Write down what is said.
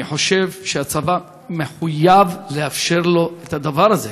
אני חושב שהצבא מחויב לאפשר לו את הדבר הזה.